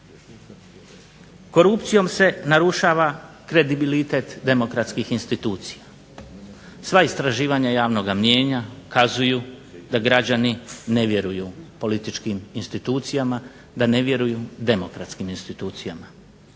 Korupcijom se narušava kredibilitet demokratskih institucija, sva istraživanja javnog mnijenja kazuju da građani ne vjeruju političkim institucijama, da ne vjeruju demokratskim institucijama